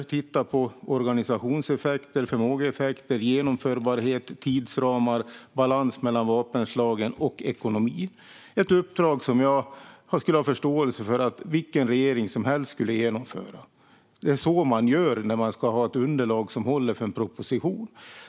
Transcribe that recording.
Man tittar på organisationseffekter, förmågeeffekter, genomförbarhet, tidsramar, balans mellan vapenslagen samt ekonomi. Det är ett uppdrag som jag skulle ha förståelse för att vilken regering som helst skulle genomföra. Det är så man gör när man ska ha ett underlag som håller för en proposition.